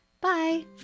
bye